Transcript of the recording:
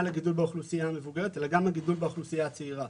הגידול באוכלוסייה המבוגרת אלא גם הגידול באוכלוסייה הצעירה.